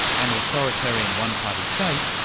and authoritarian one-party state.